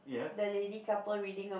the lady couple reading a